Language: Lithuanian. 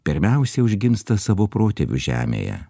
pirmiausia užgimsta savo protėvių žemėje